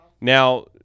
Now